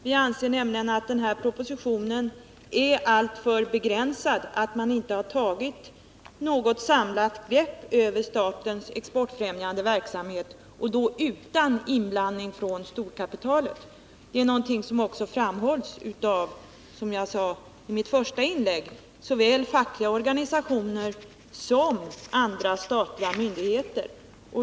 Vi anser nämligen att den här propositionen är alltför begränsad, att man inte har tagit något samlat grepp över statens exportfrämjande verksamhet — utan inblandning från storkapitalet. Det är, som jag påpekade i mitt första inlägg, också något som framhålls av såväl fackliga organisationer som statliga myndigheter.